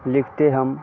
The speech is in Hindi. लिखते हम